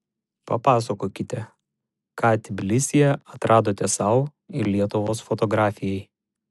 papasakokite ką tbilisyje atradote sau ir lietuvos fotografijai